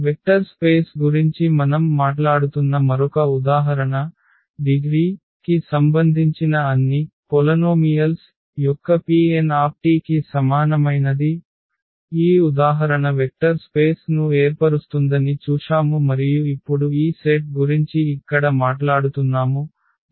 vector space గురించి మనం మాట్లాడుతున్న మరొక ఉదాహరణ డిగ్రీ కి సంబంధించిన అన్ని బహుపదాల యొక్క Pntకి సమానమైనది ఈ ఉదాహరణ వెక్టర్ స్పేస్ ను ఏర్పరుస్తుందని చూశాము మరియు ఇప్పుడు ఈ సెట్ గురించి ఇక్కడ మాట్లాడుతున్నాము 1tt2tn